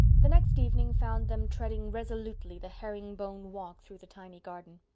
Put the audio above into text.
the next evening found them treading resolutely the herring-bone walk through the tiny garden.